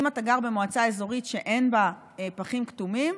אם אתה גר במועצה אזורית שאין בה פחים כתומים,